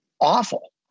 awful